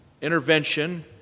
intervention